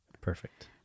Perfect